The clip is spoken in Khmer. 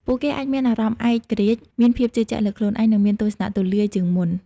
ពួកគេអាចមានអារម្មណ៍ឯករាជ្យ មានភាពជឿជាក់លើខ្លួនឯង និងមានទស្សនៈទូលាយជាងមុន។